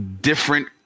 different